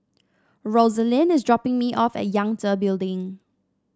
Rosalind is dropping me off at Yangtze Building